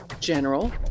general